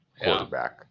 quarterback